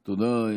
תודה.